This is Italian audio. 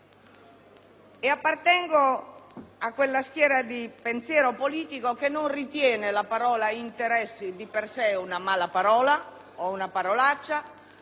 Appartengo a quella schiera di pensiero politico che non ritiene la parola "interessi" di per sé una mala parola, o una parolaccia,